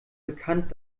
bekannt